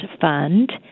Fund